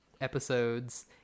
episodes